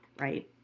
right